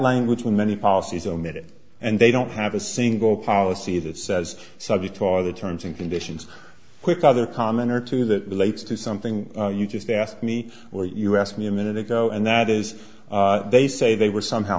language with many policies omitted and they don't have a single policy that says subject to are the terms and conditions quick other common are two that relates to something you just asked me or you asked me a minute ago and that is they say they were somehow